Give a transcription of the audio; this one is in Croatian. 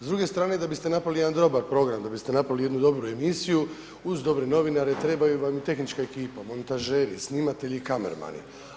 S druge strane da biste napravili jedan dobar program da biste napravili jednu dobru emisiju uz dobre novinare treba vam i tehnička ekipa, montažeri, snimatelji, kamermani.